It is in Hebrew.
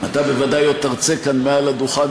אתה בוודאי עוד תַרצה כאן מעל הדוכן